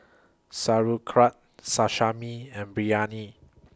Sauerkraut Sashimi and Biryani